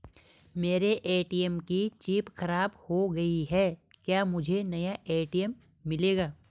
मेरे ATM card की chip खराब हो गयी है क्या मुझे नया ए.टी.एम मिलेगा?